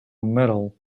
metal